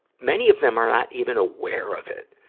many of them are not even aware of it.